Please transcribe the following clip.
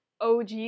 OG